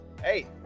Hey